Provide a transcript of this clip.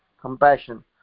compassion